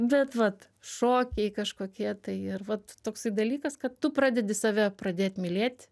bet vat šokiai kažkokie tai ir vat toksai dalykas kad tu pradedi save pradėt mylėt